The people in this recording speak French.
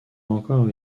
encore